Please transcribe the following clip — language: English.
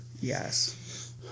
Yes